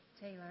Taylor